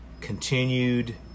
continued